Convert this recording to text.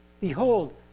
Behold